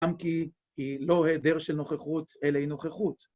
גם כי היא לא היעדר של נוכחות, אלא היא נוכחות.